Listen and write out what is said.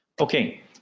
Okay